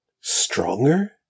Stronger